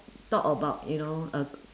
talk about you know uh